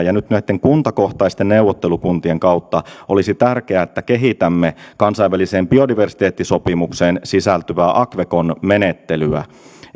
ja nyt näitten kuntakohtaisten neuvottelukuntien kautta olisi tärkeää että kehitämme kansainväliseen biodiversiteettisopimukseen sisältyvää akwe kon menettelyä